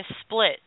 split